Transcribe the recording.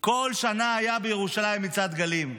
כל שנה היה בירושלים מצעד דגלים.